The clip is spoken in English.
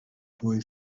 boy